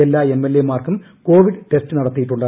എല്ലാ എംഎൽഎമാർക്കും Covid test നടത്തിയിട്ടുണ്ട്